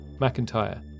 McIntyre